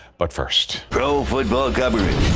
but first pro football government.